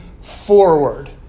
forward